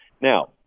Now